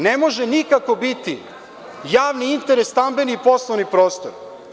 Ne može nikako biti javni interes stambeni poslovni prostor.